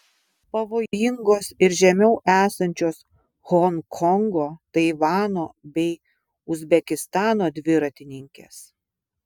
pavojingos ir žemiau esančios honkongo taivano bei uzbekistano dviratininkės